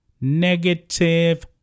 negative